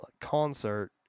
concert